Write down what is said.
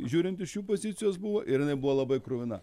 žiūrint iš jų pozicijos buvo ir jinai buvo labai kruvina